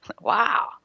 Wow